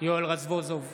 יואל רזבוזוב,